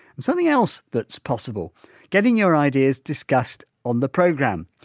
and something else that's possible getting your ideas discussed on the programme.